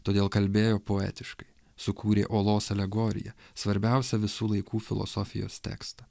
todėl kalbėjo poetiškai sukūrė olos alegoriją svarbiausią visų laikų filosofijos tekstą